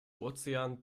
ozean